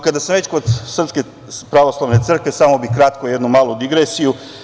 Kada sam već kod Srpske pravoslavne crkve, samo bih kratko jednu malu digresiju.